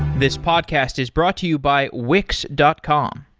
this podcast is brought to you by wix dot com.